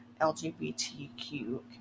LGBTQ